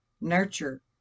Nurture